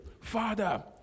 Father